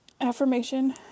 affirmation